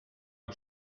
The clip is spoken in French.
que